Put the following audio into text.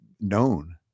known